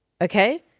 Okay